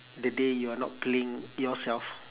the day you're not playing yourself